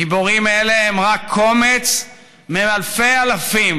גיבורים אלה הם רק קומץ מאלפי אלפים